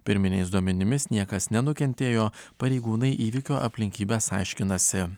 pirminiais duomenimis niekas nenukentėjo pareigūnai įvykio aplinkybes aiškinasi